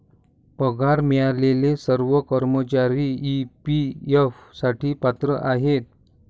पगार मिळालेले सर्व कर्मचारी ई.पी.एफ साठी पात्र आहेत